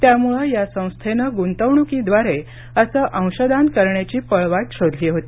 त्यामुळे या संस्थेनं गुंतवणुकीद्वारे असं अंशदान करण्याची पळवाट शोधली होती